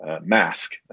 Mask